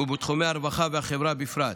ובתחומי הרווחה והחברה בפרט.